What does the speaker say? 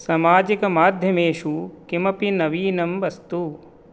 सामाजिकमाध्यमेषु किमपि नवीनं वस्तु